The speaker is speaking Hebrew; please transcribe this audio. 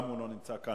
גם הוא לא נמצא כאן.